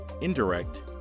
indirect